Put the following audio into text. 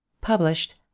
Published